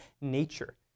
nature